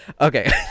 Okay